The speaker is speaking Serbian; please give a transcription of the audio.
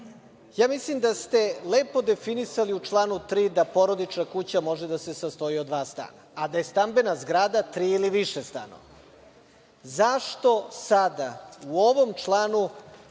Mislim da ste lepo definisali u članu 3. da porodična kuća može da se sastoji od dva stana, a da je stambena zgrada tri ili više stanova. Zašto sada u ovom članu